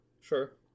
Sure